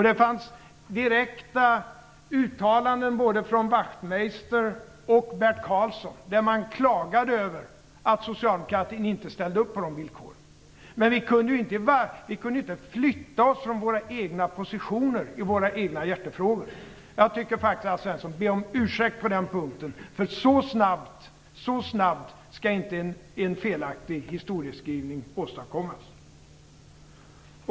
Det fanns direkta uttalanden från både Ian Wachtmeister och Bert Karlsson där man klagade över att socialdemokratin inte ställde upp. Men vi kunde inte flytta oss från våra egna positioner i våra egna hjärtefrågor. Jag tycker att Alf Svensson bör be om ursäkt på den punkten. Så slappt skall inte en felaktig historieskrivning åstadkommas.